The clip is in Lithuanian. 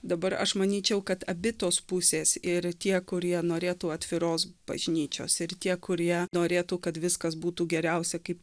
dabar aš manyčiau kad abi tos pusės ir tie kurie norėtų atviros bažnyčios ir tie kurie norėtų kad viskas būtų geriausia kaip